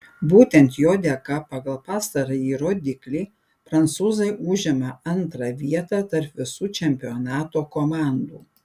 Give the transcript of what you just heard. būtent jo dėka pagal pastarąjį rodiklį prancūzai užima antrą vietą tarp visų čempionato komandų